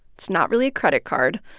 it's not really a credit card.